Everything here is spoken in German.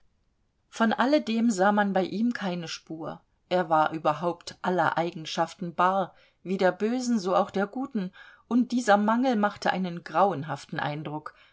von alledem sah man bei ihm keine spur er war überhaupt aller eigenschaften bar wie der bösen so auch der guten und dieser mangel machte einen grauenhaften eindruck